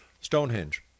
Stonehenge